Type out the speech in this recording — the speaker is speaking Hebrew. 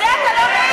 ועל זה אתה לא מעיר לו?